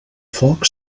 foc